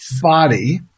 body